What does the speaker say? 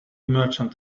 merchant